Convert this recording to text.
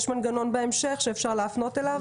יש בהמשך מנגנון שאפשר להפנות אליו?